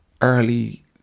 early